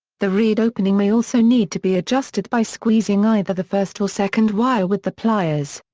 the reed opening may also need to be adjusted by squeezing either the first or second wire with the pliers.